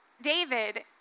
David